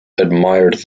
admired